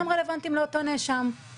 אני לא רואה הבדל בעניין הזה אני חייב לומר.